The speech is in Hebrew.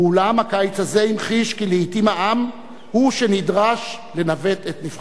ואולם הקיץ הזה המחיש כי לעתים העם הוא שנדרש לנווט את נבחריו.